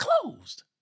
closed